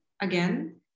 again